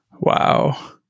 Wow